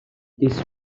this